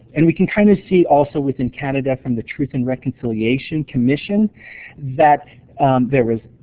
and we can kind of see also within canada from the truth and reconciliation commission that there was